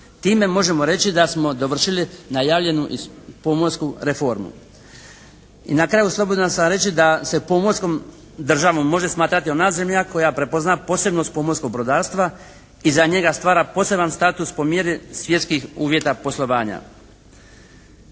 Time možemo reći da smo dovršili najavljenu pomorsku reformu. I na kraju slobodan sam reći da se pomorskom državom može smatrati ona zemlja koja prepozna posebnost pomorskog brodarstva i za njega stvara poseban status po mjeri svjetskih uvjeta poslovanja.